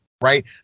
Right